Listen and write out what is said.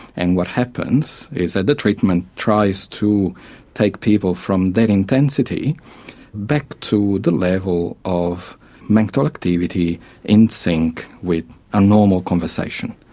and what happens is that the treatment tries to take people from that intensity back to the level of mental activity in sync with a normal conversation.